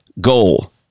goal